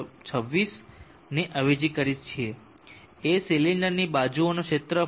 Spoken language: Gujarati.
026 ને અવેજી કરી શકીએ છીએ A સિલિન્ડરની બાજુઓનો ક્ષેત્ર π× 0